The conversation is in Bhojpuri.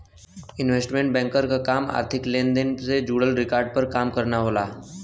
इन्वेस्टमेंट बैंकर क काम आर्थिक लेन देन से जुड़ल रिकॉर्ड पर काम करना होला